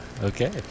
Okay